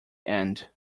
end